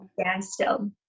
standstill